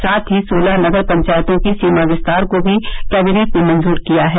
साथ ही सोलह नगर पंचायतों की सीमा विस्तार को भी कैबिनेट ने मंजूर किया है